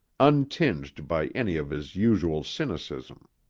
untinged by any of his usual cynicism.